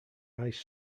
ice